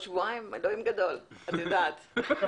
שבוע, שבוע.